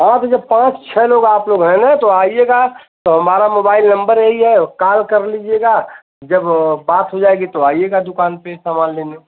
हाँ तो जब पाँच छः लोग आपलोग है न तो आइयेगा हमारा मोबाइल नम्बर यही है कॉल कर लीजियेगा जब बात हो जाएगी तो आइयेगा दुकान पर सामान लेने